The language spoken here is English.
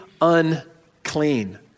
unclean